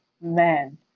man